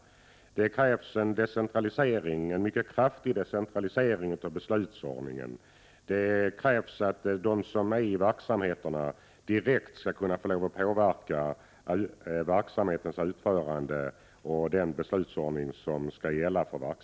Det krävs en mycket kraftig decentralisering av beslutsordningen. Det krävs att de som befinner sig i verksamheterna direkt skall kunna få påverka verksamhetens utförande och den beslutsordning som skall gälla för den.